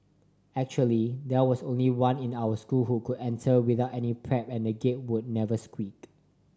actually there was only one in our school who could enter without any prep and the Gate would never squeak